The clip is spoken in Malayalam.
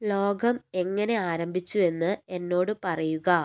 ലോകം എങ്ങനെ ആരംഭിച്ചുവെന്ന് എന്നോട് പറയുക